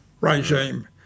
regime